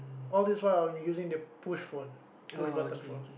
all this while I'm using the push phone the push button phone